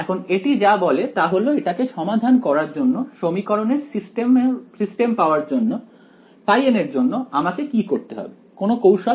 এখন এটি যা বলে তা হল এটাকে সমাধান করার জন্য সমীকরণের সিস্টেম পাওয়ার জন্য n এর জন্য আমাকে কি করতে হবে কোনও কৌশল